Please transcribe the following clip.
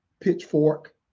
pitchfork